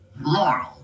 Laurel